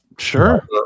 Sure